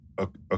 Okay